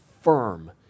firm